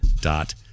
dot